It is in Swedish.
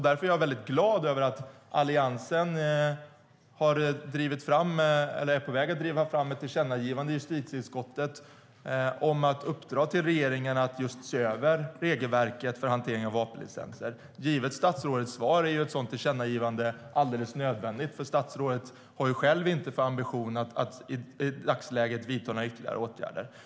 Därför är jag glad att Alliansen är på väg att i justitieutskottet ta fram ett tillkännagivande om att regeringen ska se över regelverket för hantering av vapenlicenser. Givet statsrådets svar är ett sådant tillkännagivande alldeles nödvändigt. Statsrådet har själv inte för avsikt att i dagsläget vidta några ytterligare åtgärder.